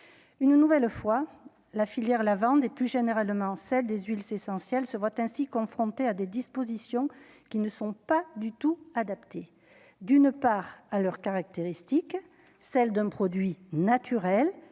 une nouvelle fois la filière, la vente et plus généralement celle des huiles, c'est essentiel, ce vote ainsi confronté à des dispositions qui ne sont pas du tout adapté d'une part à leurs caractéristiques, celle d'un produit naturel